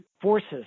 forces